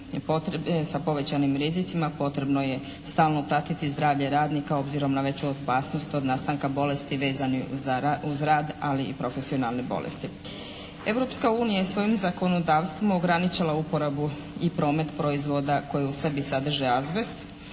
sa povećanim rizicima potrebno je stalno pratiti zdravlje radnika obzirom na veću opasnost od nastanka bolesti vezanih uz rad ali i profesionalne bolesti. Europska unija je svojim zakonodavstvom ograničila uporabu i promet proizvoda koji u sebi sadrže azbest